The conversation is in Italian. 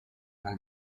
fra